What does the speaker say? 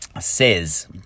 says